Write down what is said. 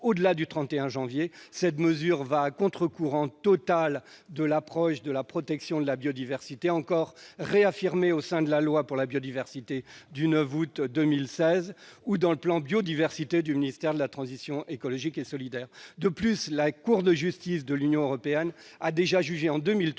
au-delà du 31 janvier. Cette mesure va à contre-courant de l'approche de la protection de la biodiversité encore réaffirmée au sein de la loi pour la reconquête de la biodiversité, de la nature et des paysages du 8 août 2016, ou dans le plan Biodiversité du ministère de la transition écologique et solidaire. De plus, la Cour de justice de l'Union européenne a déjà jugé en 2003